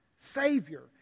Savior